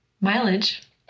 mileage